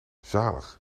zalig